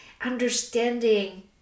understanding